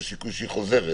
יש סיכוי שהיא חוזרת,